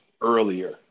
earlier